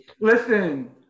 Listen